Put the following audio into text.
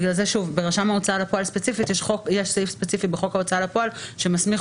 ברשם ההוצאה לפועל יש סעיף ספציפי בחוק ההוצאה לפועל שמסמיך